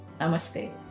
Namaste